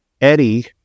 Eddie